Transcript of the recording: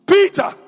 Peter